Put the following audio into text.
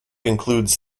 includes